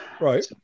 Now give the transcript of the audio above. Right